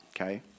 Okay